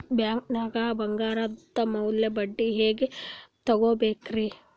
ಬ್ಯಾಂಕ್ದಾಗ ಬಂಗಾರದ್ ಮ್ಯಾಲ್ ಬಡ್ಡಿ ಹೆಂಗ್ ತಗೋಬೇಕ್ರಿ?